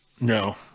No